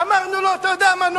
אמרנו לו: אתה יודע מה?